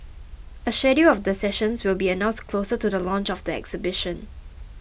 a schedule of the sessions will be announced closer to the launch of the exhibition